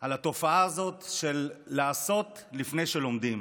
על התופעה הזאת של לעשות לפני שלומדים.